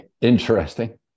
Interesting